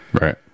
right